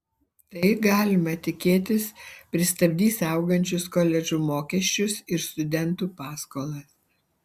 tai galima tikėtis pristabdys augančius koledžų mokesčius ir studentų paskolas